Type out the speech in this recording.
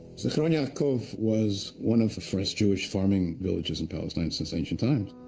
zichron ya'akov was one of the first jewish farming villages in palestine since ancient times.